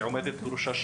שבראשה עומדת שירין,